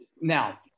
Now